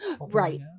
Right